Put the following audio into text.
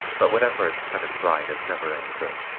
but whatever is cut and dried is never any good.